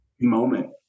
moment